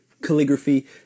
calligraphy